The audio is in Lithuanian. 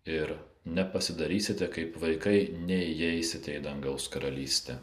ir nepasidarysite kaip vaikai neįeisite į dangaus karalystę